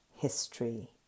History